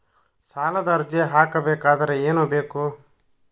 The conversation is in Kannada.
ಸಾಲದ ಅರ್ಜಿ ಹಾಕಬೇಕಾದರೆ ಏನು ಬೇಕು?